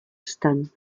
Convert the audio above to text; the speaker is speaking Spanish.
stan